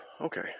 okay